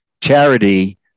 charity